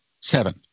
seven